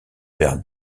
père